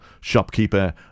shopkeeper